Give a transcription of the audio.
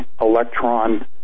Electron